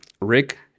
rick